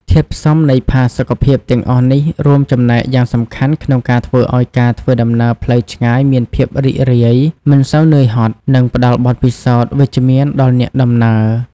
ធាតុផ្សំនៃផាសុកភាពទាំងអស់នេះរួមចំណែកយ៉ាងសំខាន់ក្នុងការធ្វើឱ្យការធ្វើដំណើរផ្លូវឆ្ងាយមានភាពរីករាយ មិនសូវនឿយហត់ និងផ្តល់បទពិសោធន៍វិជ្ជមានដល់អ្នកដំណើរ។